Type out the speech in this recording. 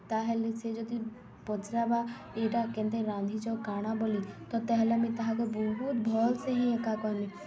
ତାହେଲେ ସେ ଯଦି ପଚ୍ରାବା ଇଟା କେନ୍ତିକରି ରାନ୍ଧିଛ କାଣା ବଲି ତ ତାହେଲେ ମୁଇଁ ତାହାକୁ ବହୁତ୍ ଭଲ୍ସେ ହିଁ ଏକା କହେମି